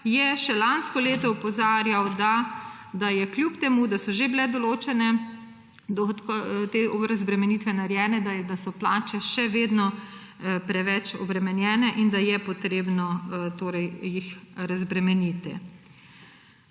je še lansko leto opozarjal, kljub temu da so že bile določene razbremenitve narejene, da so plače še vedno preveč obremenjene in da je potrebno torej jih razbremeniti.